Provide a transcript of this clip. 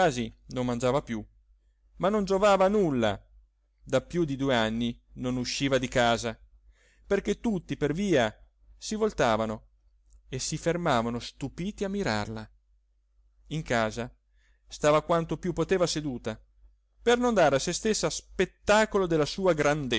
non mangiava più ma non giovava a nulla da più di due anni non usciva di casa perché tutti per via si voltavano e si fermavano stupiti a mirarla in casa stava quanto più poteva seduta per non dare a se stessa spettacolo della sua grandezza